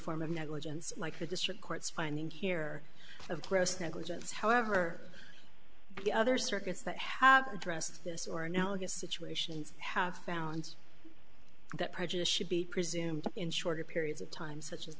form of negligence like the district courts finding here of gross negligence however the other circuits that have addressed this or analogous situations have found that prejudice should be presumed in shorter periods of time such as